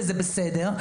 וזה בסדר.